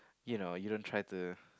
you know you don't try to